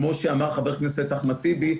כמו שאמר חבר הכנסת אחמד טיבי,